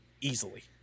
easily